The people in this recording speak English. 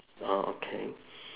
orh okay